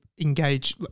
engage